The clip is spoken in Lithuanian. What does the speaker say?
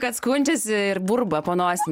kad skundžiasi ir burba po nosim